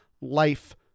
life